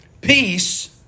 Peace